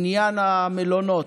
עניין המלונות.